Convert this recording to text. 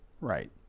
Right